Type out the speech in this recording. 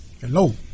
hello